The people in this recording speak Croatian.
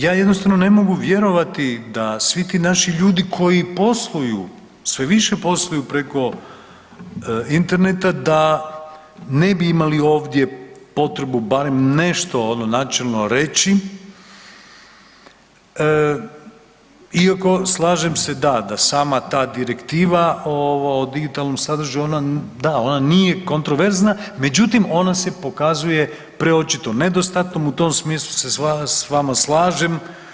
Ja jednostavno ne mogu vjerovati da svi naši ljudi koji posluju sve više posluju preko interneta da ne bi imali ovdje potrebu barem nešto ono načelno reći, iako slažem se da, da sama ta direktiva o digitalnom sadržaju ona da nije kontroverzna, međutim ona se pokazuje preočito nedostatnom u tom smislu se s vama slažem.